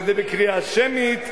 וזה בקריאה שמית,